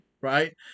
right